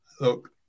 Look